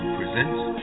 presents